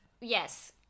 yes